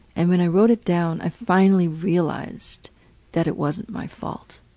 and when i wrote it down i finally realized that it wasn't my fault.